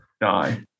die